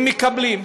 הם מקבלים.